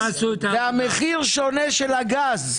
והמחיר שונה של הגז.